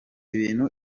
ibintu